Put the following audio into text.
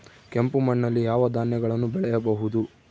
ಕೆಂಪು ಮಣ್ಣಲ್ಲಿ ಯಾವ ಧಾನ್ಯಗಳನ್ನು ಬೆಳೆಯಬಹುದು?